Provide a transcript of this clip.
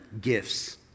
gifts